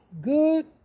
good